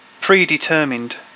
predetermined